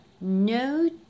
no